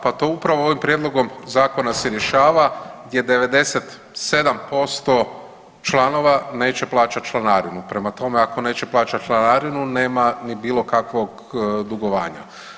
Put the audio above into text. Pa to upravo ovim Prijedlogom zakona se rješava gdje 97% članova neće plaćati članarinu, prema tome, ako neće plaćati članarinu, nema ni bilo kakvog dugovanja.